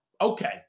okay